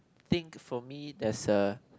think for me there's a